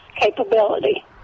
capability